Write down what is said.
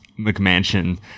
mcmansion